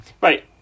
Right